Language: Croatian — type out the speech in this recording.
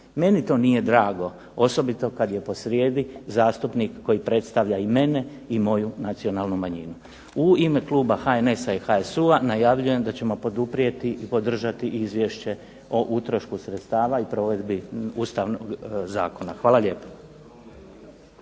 Meni to nije drago, osobito kad je posrijedi zastupnik koji predstavlja i mene i moju nacionalnu manjinu. U ime kluba HNS-HSU-a najavljujem da ćemo poduprijeti i podržati Izvješće o utrošku sredstava i provedbi Ustavnog zakona. Hvala lijepa.